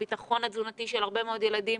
הביטחון התזונתי של הרבה מאוד ילדים